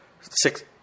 six